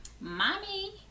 mommy